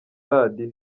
radio